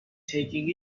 taking